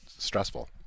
stressful